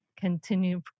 continue